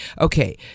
Okay